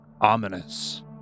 ominous